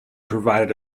provided